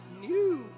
new